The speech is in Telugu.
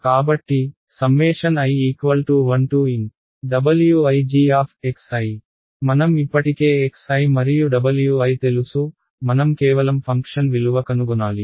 కాబట్టిi1nWIg మనం ఇప్పటికే xi మరియు Wi తెలుసు మనం కేవలం ఫంక్షన్ విలువ కనుగొనాలి